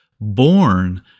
born